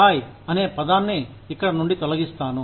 Thai అనే పదాన్ని ఇక్కడ నుండి తొలగిస్తాను